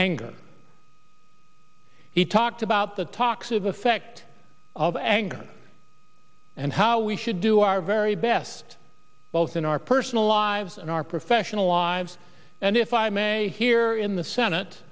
anger he talked about the toxic effect of anger and how we should do our very best both in our personal lives and our professional lives and if i may here in the senate